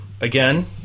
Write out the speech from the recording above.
Again